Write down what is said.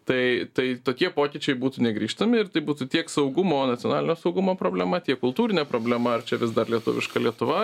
tai tai tokie pokyčiai būtų negrįžtami ir tai būtų tiek saugumo nacionalinio saugumo problema tiek kultūrine problema ar čia vis dar lietuviška lietuva